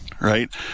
right